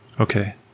okay